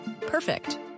Perfect